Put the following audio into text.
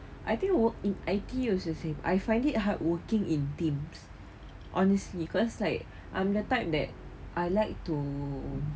I think we're in I_T_E also same I find it hard working in teams honestly cause like I'm the type that I like to